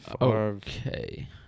Okay